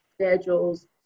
schedules